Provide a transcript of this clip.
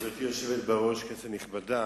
גברתי היושבת בראש, כנסת נכבדה,